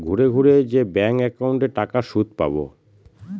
ঘুরে ঘুরে যে ব্যাঙ্ক একাউন্টে টাকার সুদ পাবো